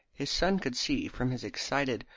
his son could see from his excited,